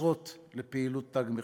הקושרות לפעילות "תג מחיר".